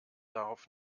darauf